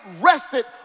rested